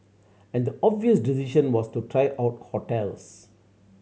and the obvious decision was to try out hotels